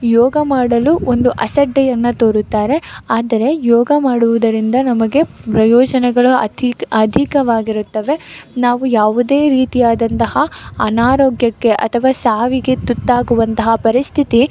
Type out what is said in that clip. ಯೋಗ ಮಾಡಲು ಒಂದು ಅಸಡ್ಡೆಯನ್ನ ತೋರುತ್ತಾರೆ ಆದರೆ ಯೋಗ ಮಾಡುವುದರಿಂದ ನಮಗೆ ಪ್ರಯೋಜನಗಳು ಅತಿಕ ಅಧಿಕವಾಗಿರುತ್ತವೆ ನಾವು ಯಾವುದೇ ರೀತಿಯಾದಂತಹ ಅನಾರೋಗ್ಯಕ್ಕೆ ಅಥವಾ ಸಾವಿಗೆ ತುತ್ತಾಗುವಂತಹ ಪರಿಸ್ಥಿತಿ